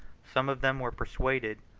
some of them were persuaded,